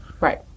Right